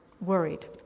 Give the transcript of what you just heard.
worried